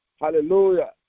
Hallelujah